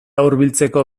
hurbiltzeko